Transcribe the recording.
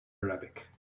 arabic